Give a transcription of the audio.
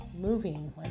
moving